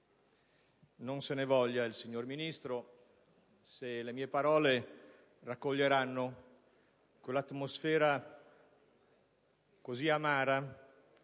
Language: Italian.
Non se ne voglia il signor Ministro se le mie parole raccoglieranno quell'atmosfera così amara